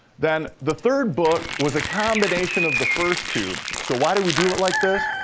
then, the third book was a combination of the first two. so, why did we do it like this?